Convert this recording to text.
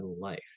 life